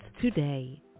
today